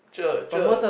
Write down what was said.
cher cher